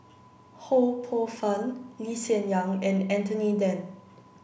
Ho Poh Fun Lee Hsien Yang and Anthony Then